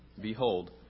behold